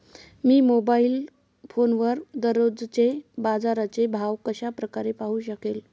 मी mobile फोनवर दररोजचे बाजाराचे भाव कशा प्रकारे पाहू शकेल?